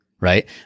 right